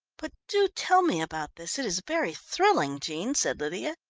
but do tell me about this, it is very thrilling, jean, said lydia,